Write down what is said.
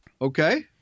okay